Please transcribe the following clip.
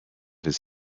his